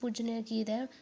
पुज्जने गित्तै